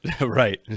Right